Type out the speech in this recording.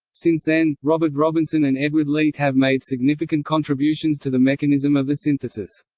since then, robert robinson and edward leete have made significant contributions to the mechanism of the synthesis.